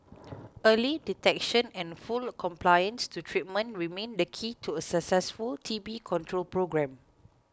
early detection and full compliance to treatment remain the key to a successful T B control programme